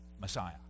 messiah